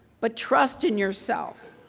but trust in yourself.